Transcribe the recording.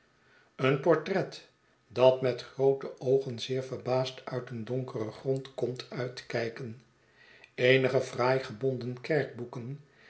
een portret dat met groote oogen zeer verbaasd uit een donkeren grond komt uitkijken eenige fraai gebonden